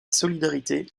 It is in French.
solidarité